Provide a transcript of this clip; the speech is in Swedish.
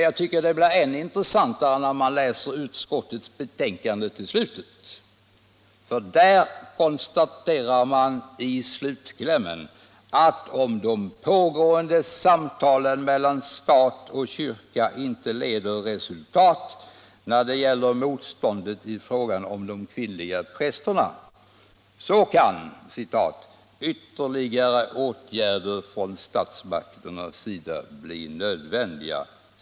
Jag tycker det blir än intressantare när man läser utskottets betänkande till slut, för i slutklämmen konstaterar utskottet att om de pågående samtalen mellan stat och kyrka inte leder till resultat när det gäller motståndet mot de kvinnliga prästerna, kan ”ytterligare åtgärder från statsmakternas sida” bli nödvändiga.